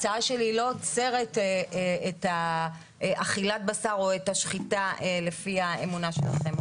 ההצעה שלי לא עוצרת את אכילת הבשר או את השחיטה לפי האמונה שלכם,